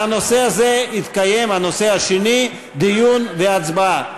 על הנושא הזה יתקיימו, הנושא השני, דיון והצבעה.